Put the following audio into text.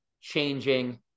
changing